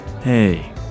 Hey